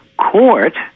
court